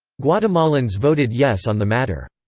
guatemalans voted yes on the matter.